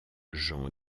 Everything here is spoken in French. jean